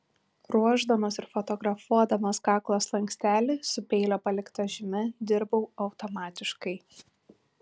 ruošdamas ir fotografuodamas kaklo slankstelį su peilio palikta žyme dirbau automatiškai